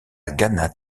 gannat